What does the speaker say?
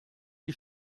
die